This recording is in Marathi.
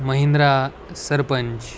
महिंद्रा सरपंच